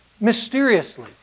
mysteriously